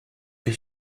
que